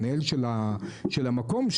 מנהל המקום,